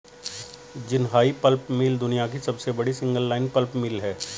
Jinhai pulp mill दुनिया की सबसे बड़ी सिंगल लाइन पल्प मिल है